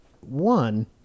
One